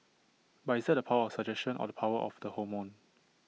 but is that the power of suggestion or the power of the hormone